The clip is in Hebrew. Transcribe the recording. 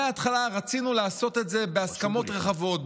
מההתחלה רצינו לעשות את זה בהסכמות רחבות,